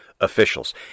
officials